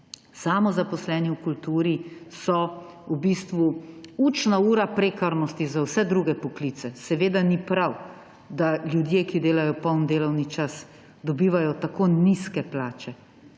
samozaposleni v kulturi so v bistvu učna ura prekarnosti za vse druge poklice. Seveda ni prav, da ljudje, ki delajo polni delovni čas, dobivajo tako nizke plače.